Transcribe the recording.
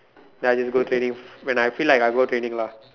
then I just go training when I feel like I'll go training lah